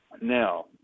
now